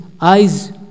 eyes